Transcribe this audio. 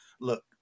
Look